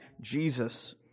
Jesus